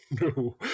No